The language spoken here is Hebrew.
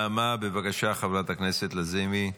נעמה, בבקשה, חברת הכנסת לזימי.